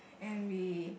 and we